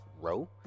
row